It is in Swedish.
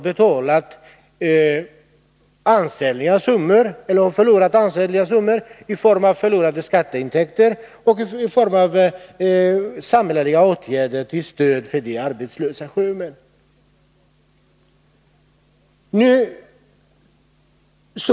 Den svenska staten har förlorat ansenliga summor i form av minskade skatteintäkter och i form av kostnader för samhälleliga åtgärder till stöd för de arbetslösa sjömännen.